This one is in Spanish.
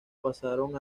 pasaron